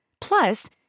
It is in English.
Plus